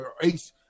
Ace